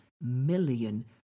million